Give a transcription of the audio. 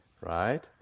Right